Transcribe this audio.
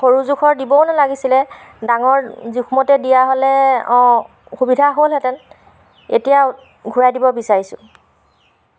সৰু জোখৰ দিবও নালাগিছিলে ডাঙৰ জোখমতে দিয়া হ'লে অঁ সুবিধা হ'লহেঁতেন এতিয়া ঘূৰাই দিব বিচাৰিছোঁ